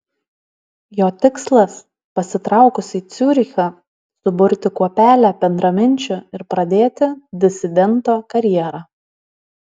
jo tikslas pasitraukus į ciurichą suburti kuopelę bendraminčių ir pradėti disidento karjerą